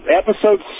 episode